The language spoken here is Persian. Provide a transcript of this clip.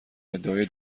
ادعای